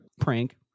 prank